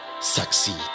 succeed